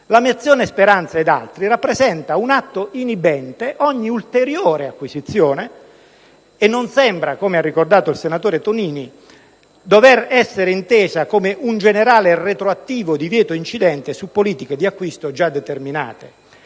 la mozione Speranza ed altri rappresenta un atto inibente ogni ulteriore acquisizione, e non sembra, come ha ricordato il senatore Tonini, dover essere intesa come un generale e retroattivo divieto incidente su politiche di acquisto già determinate.